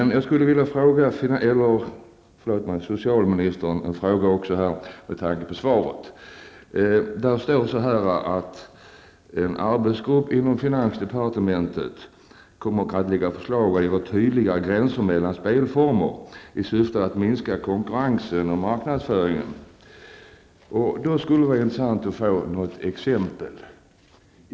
Jag skulle vilja ställa en fråga till socialministern med anledning av svaret. Där står bl.a. att en arbetsgrupp inom finansdepartementet kommer att lägga fram ''förslag till en tydligare gränsdragning mellan spelbolagens verksamhetsområden för att minska konkurrensen'' och därmed marknadsföringen. Det skulle vara intressant att få några exempel.